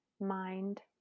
mind